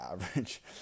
average